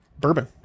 bourbon